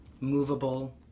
movable